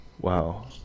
Wow